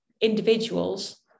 individuals